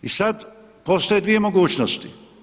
I sada postoje dvije mogućnosti.